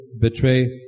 betray